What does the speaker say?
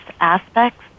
aspects